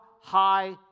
high